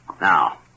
Now